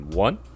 One